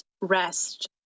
rest